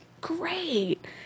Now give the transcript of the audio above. great